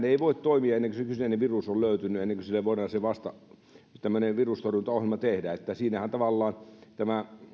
ei voi toimia ennen kuin se kyseinen virus on löytynyt ennen kuin sille voidaan se virustorjuntaohjelma tehdä niin että siinähän tavallaan tämä